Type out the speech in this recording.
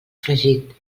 fregit